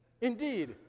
Indeed